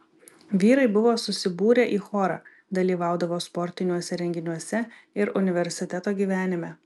vyrai buvo susibūrę į chorą dalyvaudavo sportiniuose renginiuose ir universiteto gyvenime